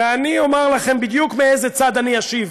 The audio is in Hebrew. ואני אומר לכם בדיוק מאיזה צד אני אשיב: